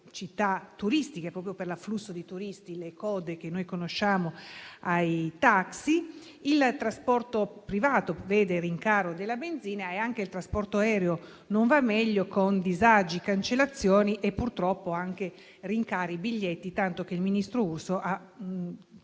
città turistiche, proprio per l'afflusso di turisti, le code per i taxi (che noi conosciamo); il trasporto privato vede il rincaro della benzina e anche il trasporto aereo non va meglio, con disagi, cancellazioni e purtroppo anche rincari dei biglietti, tanto che qualche settimana fa